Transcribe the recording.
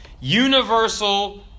Universal